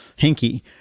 hinky